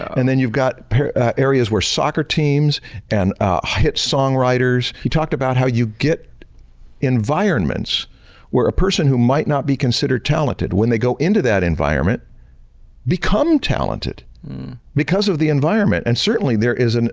and then you've got areas where soccer teams and hit songwriters. he talked about how you get environments where a person who might not be considered talented, when they go into that environment become talented because of the environment. and certainly, there is and